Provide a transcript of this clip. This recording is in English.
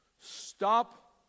Stop